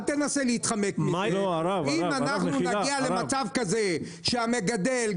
אם אנחנו נגיע למצב כזה שהמגדל,